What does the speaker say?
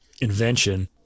invention